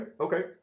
okay